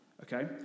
Okay